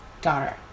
daughter